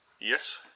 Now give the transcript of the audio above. Yes